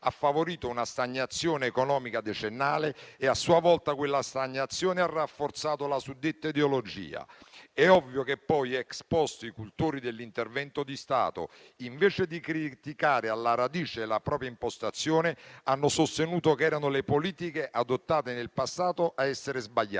favorendo una stagnazione economica decennale che, a sua volta, ha rafforzato la suddetta ideologia. È ovvio che poi, *ex post*, i cultori dell'intervento di Stato, invece di criticare alla radice la propria impostazione, hanno sostenuto che erano le politiche adottate nel passato a essere sbagliate,